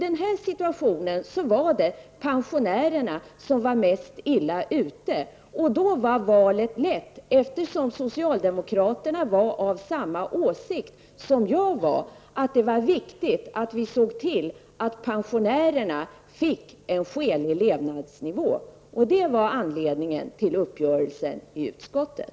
Eftersom pensionärerna var mest illa ute i den situationen var valet lätt. Socialdemokraterna var av samma åsikt, att det var viktigt att vi såg till att pensionärerna fick en skälig levnadsnivå. Det var anledningen till uppgörelsen i utskottet.